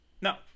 No